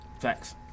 Facts